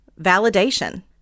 validation